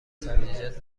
سبزیجات